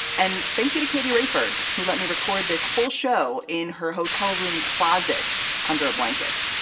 and thank you to katy rayford who let me record this whole show in her hotel room closet under a blanket.